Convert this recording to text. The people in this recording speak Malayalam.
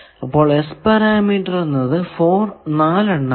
അപ്പോൾ S പാരാമീറ്റർ എന്നത് 4 എണ്ണമാണ്